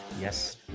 Yes